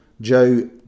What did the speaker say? Joe